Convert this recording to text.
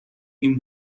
این